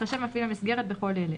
יתחשב מפעיל המסגרת בכל אלה: